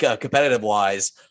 competitive-wise